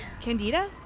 Candida